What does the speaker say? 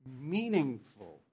meaningful